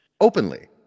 Openly